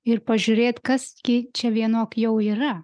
ir pažiūrėt kas gi čia vienok jau yra